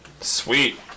Sweet